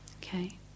Okay